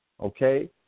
okay